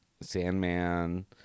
Sandman